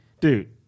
dude